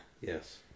Yes